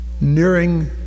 nearing